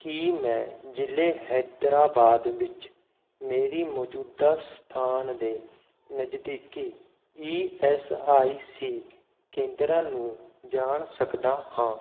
ਕੀ ਮੈਂ ਜ਼ਿਲੇ ਹੈਦਰਾਬਾਦ ਵਿੱਚ ਮੇਰੀ ਮੌਜੂਦਾ ਸਥਾਨ ਦੇ ਨਜ਼ਦੀਕੀ ਈ ਐੱਸ ਆਈ ਸੀ ਕੇਂਦਰਾਂ ਨੂੰ ਜਾਣ ਸਕਦਾ ਹਾਂ